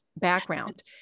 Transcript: background